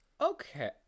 Okay